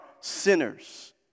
sinners